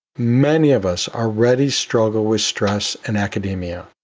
many of us already struggle with stress and academia.